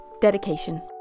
Dedication